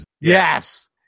Yes